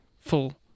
full